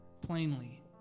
plainly